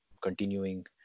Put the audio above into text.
continuing